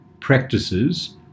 practices